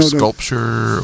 sculpture